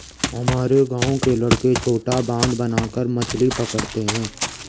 हमारे गांव के लड़के छोटा बांध बनाकर मछली पकड़ते हैं